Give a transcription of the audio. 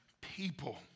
people